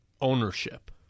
ownership